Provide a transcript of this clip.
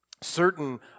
certain